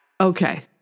Okay